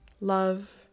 love